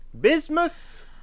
Bismuth